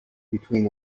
between